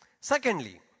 Secondly